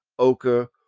ochre,